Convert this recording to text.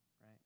right